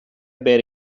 beta